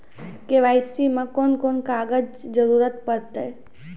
KYC मे कून कून कागजक जरूरत परतै?